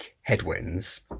headwinds